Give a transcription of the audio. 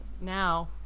now